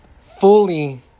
fully